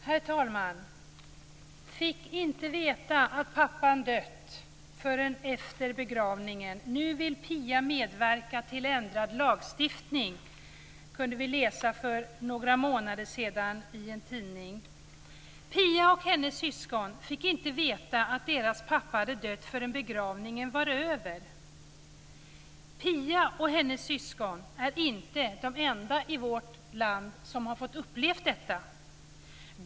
Herr talman! Fick inte veta att pappan dött förrän efter begravningen. Nu vill Pia medverka till ändrad lagstiftning. Detta kunde vi för några månader sedan läsa i en tidning. Pia och hennes syskon fick inte veta att deras pappa hade dött förrän begravningen var över. Pia och hennes syskon är inte de enda i vårt land som har fått uppleva detta.